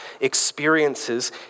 experiences